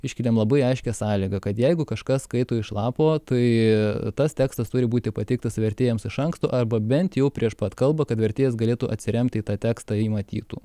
iškeliam labai aiškią sąlygą kad jeigu kažkas skaito iš lapo tai tas tekstas turi būti pateiktas vertėjams iš anksto arba bent jau prieš pat kalbą kad vertėjas galėtų atsiremti į tą tekstą jį matytų